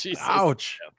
Ouch